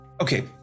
Okay